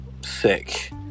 sick